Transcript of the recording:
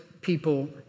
people